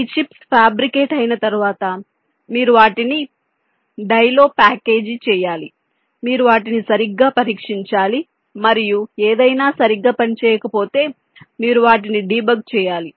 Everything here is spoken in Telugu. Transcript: మీ చిప్స్ ఫ్యాబ్రికెట్ అయిన తరువాత మీరు వాటిని డైలో ప్యాకేజీ చేయాలి మీరు వాటిని సరిగ్గా పరీక్షించాలి మరియు ఏదైనా సరిగ్గా పని చేయకపోతే మీరు వాటిని డీబగ్ చేయాలి